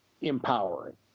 empowering